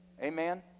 amen